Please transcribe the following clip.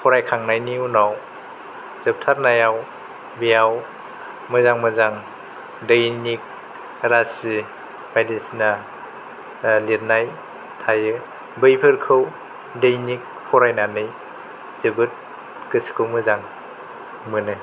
फरायखांनायनि उनाव जोबथारनायाव बेयाव मोजां मोजां दैनिक राशि बायदिसिना लिरनाय थायो बैफोरखौ दैनिक फरायनानै जोबोद गोसोखौ मोजां मोनो